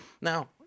Now